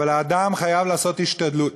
אבל האדם חייב לעשות השתדלות.